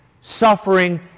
suffering